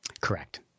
Correct